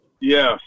Yes